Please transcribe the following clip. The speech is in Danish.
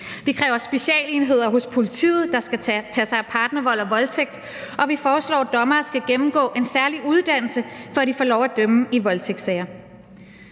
Vi kræver specialenheder hos politiet, der skal tage sig af partnervold og voldtægt, og vi foreslår, at dommere skal gennemgå en særlig uddannelse, før de får lov at dømme i voldtægtssager.